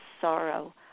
sorrow